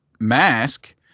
Mask